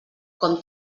com